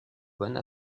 bonne